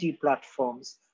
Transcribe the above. platforms